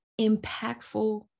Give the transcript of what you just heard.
impactful